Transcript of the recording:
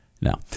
Now